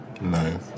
Nice